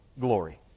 glory